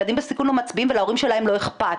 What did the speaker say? ילדים בסיכון לא מצביעים, ולהורים שלהם לא אכפת.